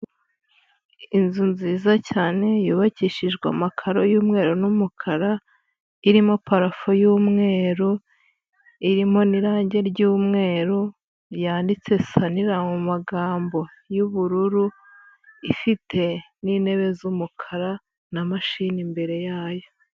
Inzu nziza cyane yubakishijwe amakaro y'umweru n'umukara, irimo parafo y'umweru, irimo n'irangi ry'umweru ryanditse Sanlam mu magambo y'ubururu, ifite n'intebe z'umukara na mashini imbere yayo.